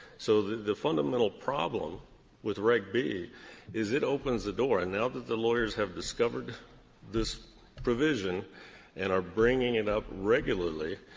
so the the fundamental problem with reg b is it opens the door. and now that the lawyers have discovered this provision and are bringing it up regularly,